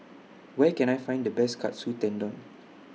Where Can I Find The Best Katsu Tendon